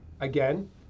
Again